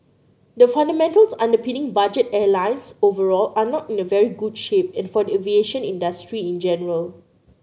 the fundamentals underpinning budget airlines overall are not in a very good shape and for the aviation industry in general